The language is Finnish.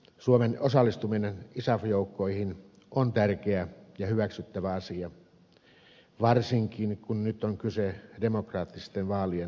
suomen osallistuminen isaf joukkoihin on tärkeä ja hyväksyttävä asia varsinkin kun nyt on kyse demokraattisten vaalien tukemisesta